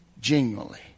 genuinely